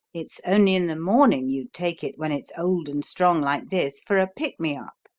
it's only in the morning you take it when it's old and strong like this, for a pick-me-up,